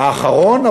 האחרון,